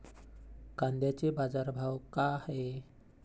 कांद्याचे बाजार भाव का हाये?